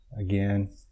again